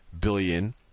billion